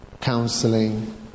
counseling